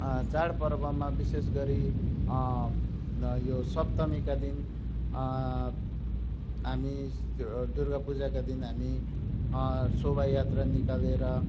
चाड पर्वमा विशेष गरी यो सप्तमीका दिन हामी दुर्गा पूजाका दिन हामी शोभायात्रा निकालेर